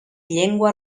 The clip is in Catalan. llengua